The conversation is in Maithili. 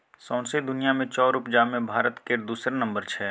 सौंसे दुनिया मे चाउर उपजाबे मे भारत केर दोसर नम्बर छै